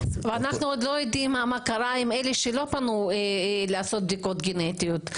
אנחנו עדיין לא יודעים מה קרה עם אלה שלא פנו לעשות בדיקות גנטיות.